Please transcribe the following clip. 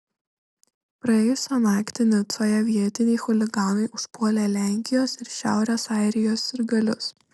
praėjusią naktį nicoje vietiniai chuliganai užpuolė lenkijos ir šiaurės airijos sirgalius